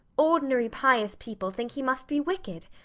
ordinary pious people think he must be wicked.